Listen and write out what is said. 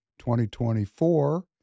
2024